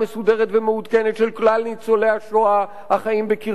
ומעודכנת של כלל ניצולי השואה החיים בקרבנו,